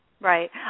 Right